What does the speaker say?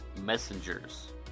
Messengers